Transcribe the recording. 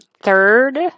Third